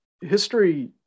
history